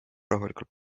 rahulikult